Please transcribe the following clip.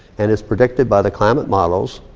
and it's predicted by the climate models.